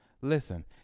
listen